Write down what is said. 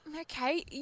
Okay